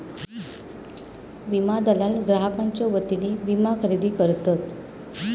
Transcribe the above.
विमा दलाल ग्राहकांच्यो वतीने विमा खरेदी करतत